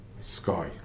sky